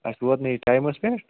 اَسہِ ووت نہٕ یہِ ٹایمَس پٮ۪ٹھ